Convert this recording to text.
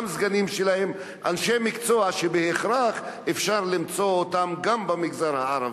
הסגנים שלהם אנשי מקצוע שבהכרח אפשר למצוא אותם גם במגזר הערבי?